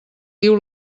diu